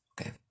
Okay